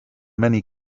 many